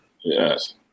Yes